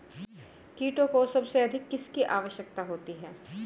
कीटों को सबसे अधिक किसकी आवश्यकता होती है?